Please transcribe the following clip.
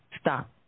stop